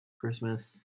Christmas